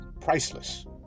priceless